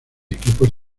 equipos